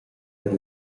tier